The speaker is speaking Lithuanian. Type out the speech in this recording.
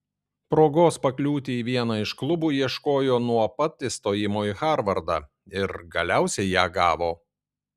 progos pakliūti į vieną iš klubų ieškojo nuo pat įstojimo į harvardą ir galiausiai ją gavo